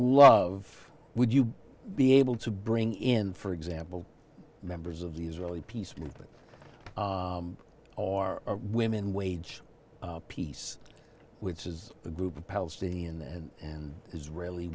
love would you be able to bring in for example members of the israeli peace movement or women wage peace which is the group of palestinian and israeli